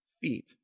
feet